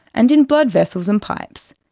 and in blood vessels and pipes.